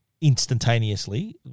instantaneously